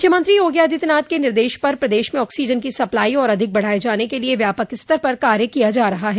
मुख्यमंत्री योगी आदित्यनाथ के निर्देश पर प्रदेश में ऑक्सीजन की सप्लाई और अधिक बढ़ाये जाने के लिये व्यापक स्तर पर कार्य किया जा रहा है